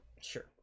Sure